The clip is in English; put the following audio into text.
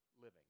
living